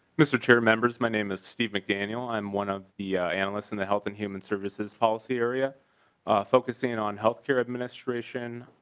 mister chair members my name is steve mcdaniel i'm one of the analysts and the health and human services policy area focusing on health care administration.